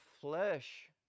flesh